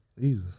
Easy